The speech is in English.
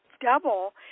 double